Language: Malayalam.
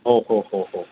ഓ ഓ ഓ ഓ